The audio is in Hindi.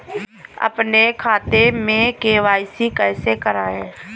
अपने खाते में के.वाई.सी कैसे कराएँ?